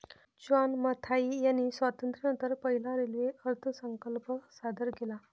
John Mathai यांनी स्वातंत्र्यानंतर पहिला रेल्वे अर्थसंकल्प सादर केला